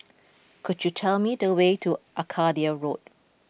could you tell me the way to Arcadia Road